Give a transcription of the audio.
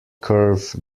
curve